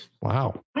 Wow